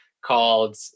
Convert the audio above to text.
called